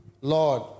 Lord